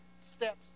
steps